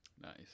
nice